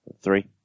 Three